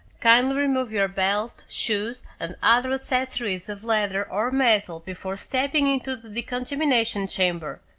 kindly remove your belt, shoes and other accessories of leather or metal before stepping into the decontamination chamber.